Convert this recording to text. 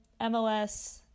MLS